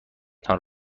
تان